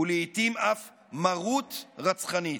ולעיתים אף מרות רצחנית.